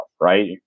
right